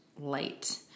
light